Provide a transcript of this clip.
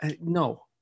No